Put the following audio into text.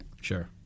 Sure